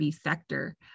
sector